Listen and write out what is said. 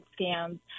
scams